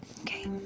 Okay